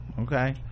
okay